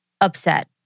upset